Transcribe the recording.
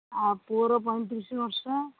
ଆଉ ପୁଅର ପଇଁତିରିଶ ବର୍ଷ